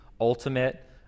ultimate